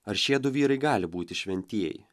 ar šiedu vyrai gali būti šventieji